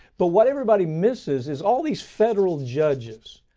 but what everybody misses is all these federal judges.